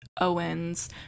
owens